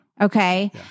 Okay